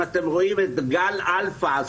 אם אתם רואים את גל אלפא אז,